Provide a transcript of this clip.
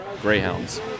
Greyhounds